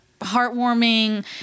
heartwarming